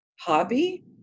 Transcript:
hobby